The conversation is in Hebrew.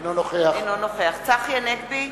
אינו נוכח צחי הנגבי,